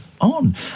on